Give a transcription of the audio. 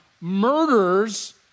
murders